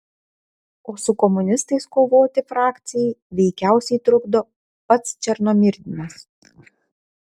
o su komunistais kovoti frakcijai veikiausiai trukdo pats černomyrdinas